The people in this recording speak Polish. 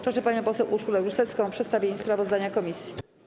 Proszę panią poseł Urszulę Rusecką o przedstawienie sprawozdania komisji.